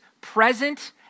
present